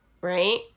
right